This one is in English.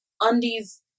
undies